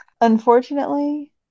Unfortunately